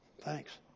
Thanks